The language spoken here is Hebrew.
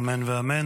אמן ואמן.